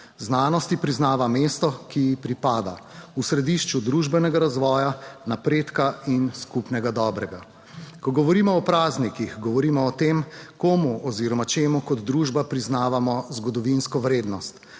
znanosti. Priznava mesto, ki ji pripada, v središču družbenega razvoja, napredka in skupnega dobrega. Ko govorimo o praznikih, govorimo o tem, komu oziroma čemu kot družba priznavamo zgodovinsko vrednost.